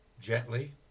gently